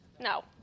No